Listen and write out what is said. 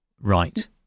right